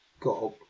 got